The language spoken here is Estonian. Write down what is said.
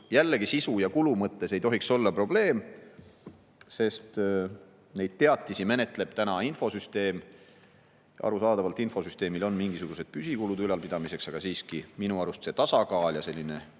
jällegi sisu ja kulu mõttes ei tohiks olla probleem, sest neid teatisi menetleb infosüsteem. Arusaadavalt on mingisugused püsikulud infosüsteemi ülalpidamiseks, aga siiski, minu arust see tasakaal ja selline